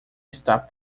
está